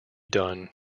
done